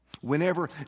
Whenever